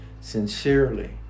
sincerely